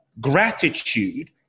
gratitude